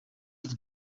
jít